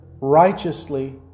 righteously